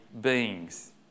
beings